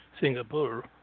Singapore